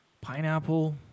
Pineapple